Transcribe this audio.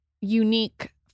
unique